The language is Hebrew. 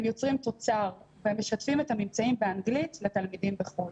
הם יוצרים תוצר והם משתפים את הממצאים באנגלית לתלמידים בחו"ל.